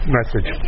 message